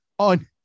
On